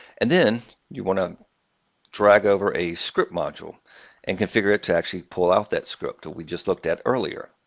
and then you want to drag over a script module and configure it to actually pull out that script that we just looked at earlier.